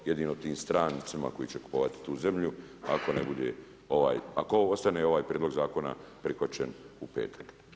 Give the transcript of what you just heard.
Jedino tim strancima koji će kupovati tu zemlju ako ne bude ovaj, ako ostane ovaj prijedlog zakona prihvaćen u petak.